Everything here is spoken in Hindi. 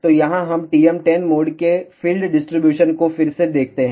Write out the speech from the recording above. तो यहां हम TM10 मोड के फील्ड डिस्ट्रीब्यूशन को फिर से देखते हैं